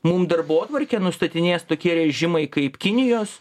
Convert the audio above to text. mum darbotvarkę nustatinės tokie režimai kaip kinijos